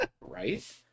Right